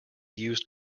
used